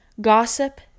gossip